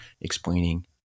explaining